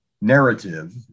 narrative